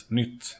nytt